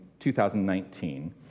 2019